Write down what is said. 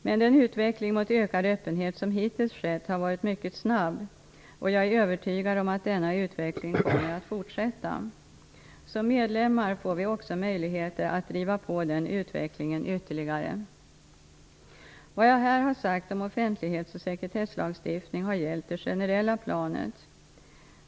Men den utveckling mot ökad öppenhet som hittills skett har varit mycket snabb, och jag är övertygad om att denna utveckling kommer att fortsätta. Som medlemmar får vi också möjligheter att driva på den utvecklingen ytterligare. Vad jag här har sagt om offentlighets och sekretesslagstiftning har gällt det generella planet.